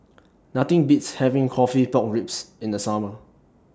Nothing Beats having Coffee Pork Ribs in The Summer